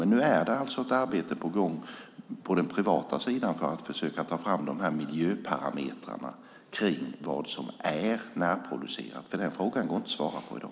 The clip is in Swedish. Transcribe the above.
Men nu är det alltså ett arbete på gång på den privata sidan för att försöka ta fram miljöparametrarna för vad som är närproducerat, för den frågan går det inte att svara på i dag.